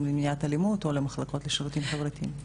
למניעת אלימות או למחלקות לשירותים חברתיים.